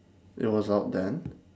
it was out then